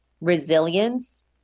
Resilience